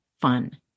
fun